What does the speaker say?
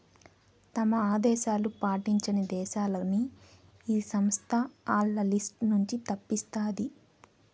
తమ ఆదేశాలు పాటించని దేశాలని ఈ సంస్థ ఆల్ల లిస్ట్ నుంచి తప్పిస్తాది